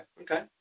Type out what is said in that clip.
Okay